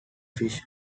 fish